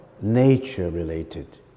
nature-related